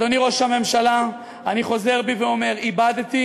אדוני ראש הממשלה, אני חוזר ואומר, איבדתי